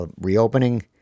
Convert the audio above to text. reopening